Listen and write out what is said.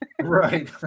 right